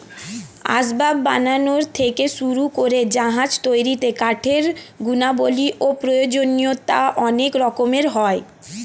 আসবাব বানানো থেকে শুরু করে জাহাজ তৈরিতে কাঠের গুণাবলী ও প্রয়োজনীয়তা অনেক রকমের হয়